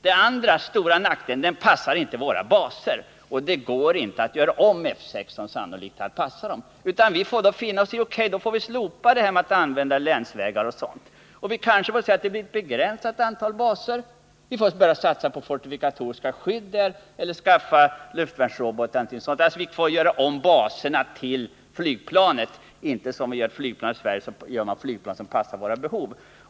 Den andra stora nackdelen är att det inte passar våra baser, och det går sannolikt inte att göra om det så att det passar dem. Vi får i stället finna oss i att vi får slopa användandet av länsvägar o. d. Vi kanske får räkna med att få ha ett begränsat antal baser. Vi får börja satsa på fortifikatoriska skydd eller skaffa luftvärnsrobotar för skydd av baserna. Vi får alltså göra om baserna med hänsyn till flygplanet. Gör man ett flygplan i Sverige gör man ett som passar våra behov.